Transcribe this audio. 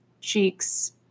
cheeks